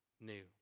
new